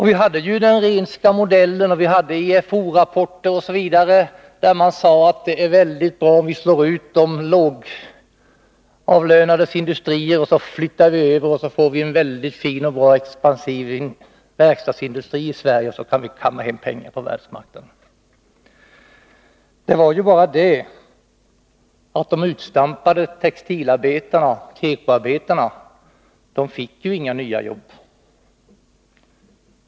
Vi hade den Rehnska modellen, EFO-rapporter osv., där det sades: Det är mycket bra om vi slår ut de lågavlönades industrier och flyttar över de anställda, så att vi i Sverige får en mycket fin och expansiv verkstadsindustri som kan kamma hem pengar på världsmarknaden. Men de utstampade tekoarbetarna fick inga nya jobb.